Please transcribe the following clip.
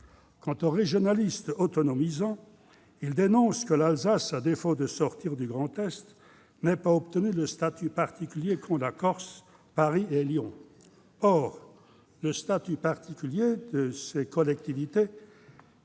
Quant aux régionalistes autonomisants, ils déplorent que l'Alsace, à défaut de sortir du Grand Est, n'ait pas obtenu le statut particulier qu'ont la Corse, Paris et Lyon. Je rappelle que le statut particulier de ces collectivités